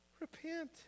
Repent